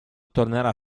tornerà